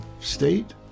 state